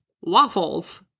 Waffles